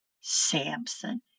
Samson